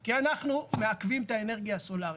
כי אנחנו מעכבים את האנרגיה הסולארית.